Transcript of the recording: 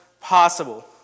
possible